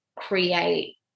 create